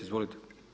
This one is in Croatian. Izvolite.